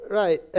right